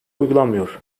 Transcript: uygulanmıyor